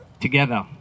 together